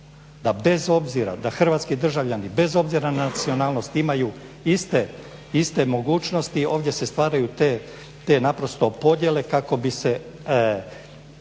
načela da hrvatski državljani bez obzira na nacionalnost imaju iste mogućnosti ovdje se stvaraju te naprosto podjele kako bi se